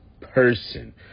person